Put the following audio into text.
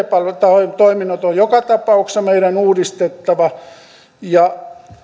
palvelut ict palvelutoiminnot on joka tapauksessa meidän uudistettava ja